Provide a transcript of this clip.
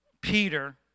Peter